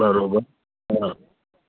बराबरि हा